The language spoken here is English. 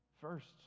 First